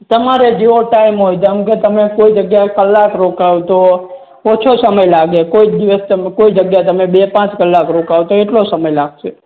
તમારે જેવો ટાઈમ હોય જેમકે તમે કોઈ જગ્યાએ કલાક રોકાવ તો ઓછો સમય લાગે કોઈ દિવસ તમે કોઈ જગ્યા બે પાંચ કલાક રોકાવ તો એટલો સમય લાગશે